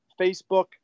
Facebook